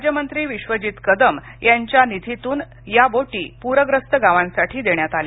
राज्यमंत्री विश्वजित कदम यांच्या निधीतून या बोटी प्रग्रस्त गावांसाठी देण्यात आल्या